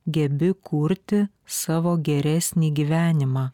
gebi kurti savo geresnį gyvenimą